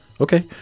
Okay